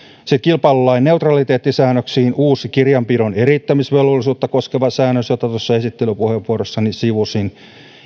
on kilpailulain neutraliteettisäännöksiin uusi kirjanpidon eriyttämisvelvollisuutta koskeva säännös jota tuossa esittelypuheenvuorossani sivusin